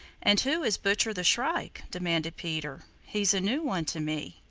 and who is butcher the shrike? demanded peter. he's a new one to me.